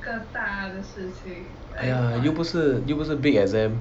!aiya! 又不是又不是 big exam